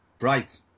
Right